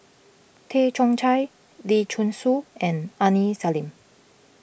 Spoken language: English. Tay Chong Hai Lee Choon Seng and Aini Salim